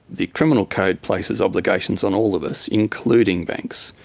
the criminal code places obligations on all of us, including banks,